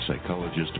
psychologist